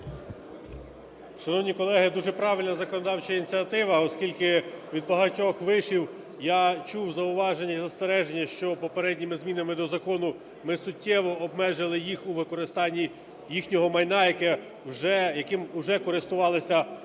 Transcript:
Шановні колеги, дуже правильна законодавча ініціатива, оскільки від багатьох вишів я чув зауваження і застереження, що попередніми змінами до закону ми суттєво обмежили їх у використанні їхнього майна, яким вже користувалися орендарі